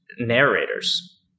narrators